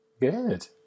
Good